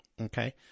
okay